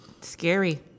scary